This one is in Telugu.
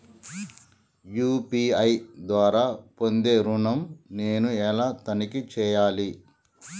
యూ.పీ.ఐ ద్వారా పొందే ఋణం నేను ఎలా తనిఖీ చేయాలి?